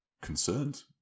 concerned